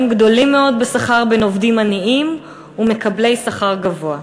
גדולים מאוד בשכר בין עובדים עניים למקבלי שכר גבוה,